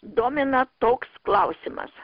domina toks klausimas